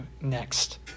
next